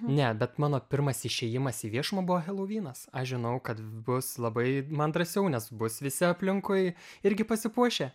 ne bet mano pirmas išėjimas į viešumą buvo helovynas aš žinojau kad bus labai man drąsiau nes bus visi aplinkui irgi pasipuošę